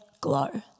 glow